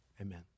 amen